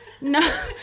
No